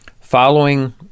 following